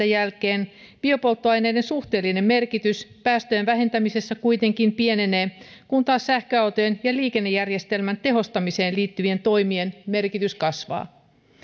jälkeen biopolttoaineiden suhteellinen merkitys päästöjen vähentämisessä kuitenkin pienenee kun taas sähköautojen ja liikennejärjestelmän tehostamiseen liittyvien toimien merkitys kasvaa